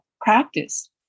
practice